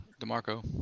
DeMarco